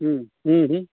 ह्म्म ह्म्म ह्म्म